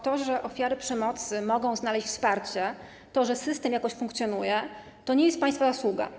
To, że ofiary przemocy mogą znaleźć wsparcie, że system jakoś funkcjonuje, to nie jest państwa zasługa.